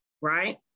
right